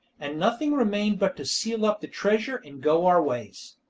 and nothing remained but to seal up the treasure, and go our ways.